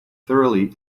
thoroughly